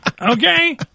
Okay